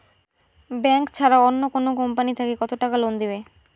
Bank ছাড়া অন্য কোনো কোম্পানি থাকি কত টাকা লোন দিবে?